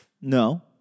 No